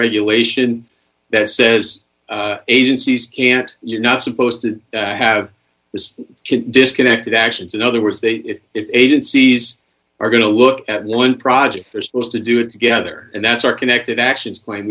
regulation that says agencies can't you're not supposed to have this disconnected actions in other words they if it agencies are going to look at one project they're supposed to do it together and that's our connected actions cla